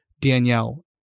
Danielle